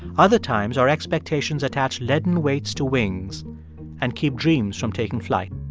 other times, our expectations attach leaden weights to wings and keep dreams from taking flight.